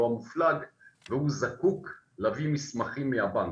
המופלג והוא זקוק להביא מסמכים מהבנק.